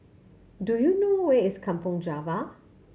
do you know where is Kampong Java